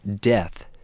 Death